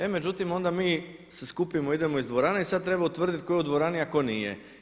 E, međutim onda mi, se skupimo, idemo iz dvorane i sada treba utvrditi tko je u dvorani a tko nije.